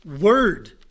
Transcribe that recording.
word